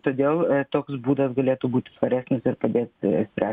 todėl toks būdas galėtų būti svaresnis ir padėti spręsti